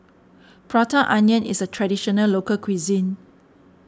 Prata Onion is a Traditional Local Cuisine